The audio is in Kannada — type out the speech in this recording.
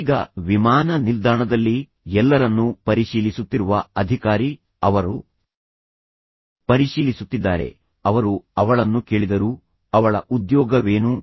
ಈಗ ವಿಮಾನ ನಿಲ್ದಾಣದಲ್ಲಿ ಎಲ್ಲರನ್ನೂ ಪರಿಶೀಲಿಸುತ್ತಿರುವ ಅಧಿಕಾರಿ ಅವರು ಪರಿಶೀಲಿಸುತ್ತಿದ್ದಾರೆ ಅವರು ಅವಳನ್ನು ಕೇಳಿದರು ಅವಳ ಉದ್ಯೋಗವೇನು